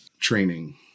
training